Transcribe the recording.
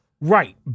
Right